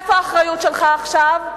איפה האחריות שלך עכשיו?